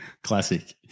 Classic